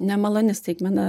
nemaloni staigmena